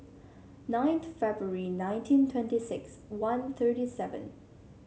ninth February nineteen twenty six one thirty seven